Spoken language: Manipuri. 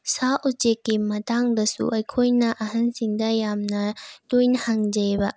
ꯁꯥ ꯎꯆꯦꯛꯀꯤ ꯃꯇꯥꯡꯗꯁꯨ ꯑꯩꯈꯣꯏꯅ ꯑꯍꯜꯁꯤꯡꯗ ꯌꯥꯝꯅ ꯇꯣꯏꯅ ꯍꯪꯖꯩꯌꯦꯕ